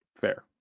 Fair